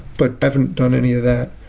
but i haven't done any of that.